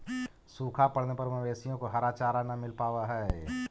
सूखा पड़ने पर मवेशियों को हरा चारा न मिल पावा हई